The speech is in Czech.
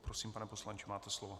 Prosím, pane poslanče, máte slovo.